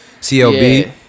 CLB